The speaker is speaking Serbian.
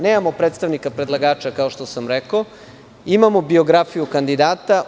Nemamo predstavnika predlagača, kao što sam rekao, imamo biografiju kandidata.